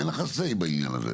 אין לך say בעניין הזה.